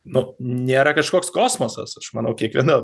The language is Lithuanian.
nu nėra kažkoks kosmosas aš manau kiekviena